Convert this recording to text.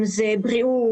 אם זאת בריאות,